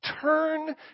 Turn